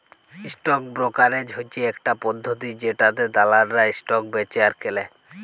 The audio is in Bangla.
স্টক ব্রকারেজ হচ্যে ইকটা পদ্ধতি জেটাতে দালালরা স্টক বেঁচে আর কেলে